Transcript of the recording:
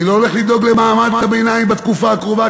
אני לא הולך לדאוג למעמד הביניים בתקופה הקרובה,